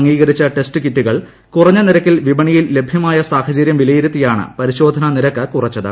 അംഗീകരിച്ച ടെസ്റ്റ് കിറ്റുകൾ കുറഞ്ഞ നിരക്കിൽ വിപണിയിൽ ലഭൃമായ സാഹചരൃം വിലയിരുത്തിയാണ് പരിശോധനാ നിരക്ക് കുറച്ചത്